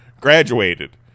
graduated